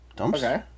Okay